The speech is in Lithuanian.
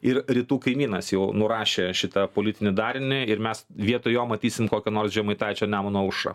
ir rytų kaimynas jau nurašė šitą politinį darinį ir mes vietoj jo matysim kokio nors žemaitaičio nemuno aušrą